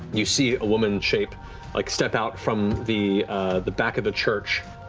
you see a woman's shape like step out from the the back of the church.